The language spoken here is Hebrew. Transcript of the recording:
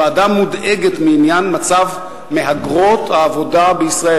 הוועדה מודאגת ממצב מהגרות העבודה בישראל,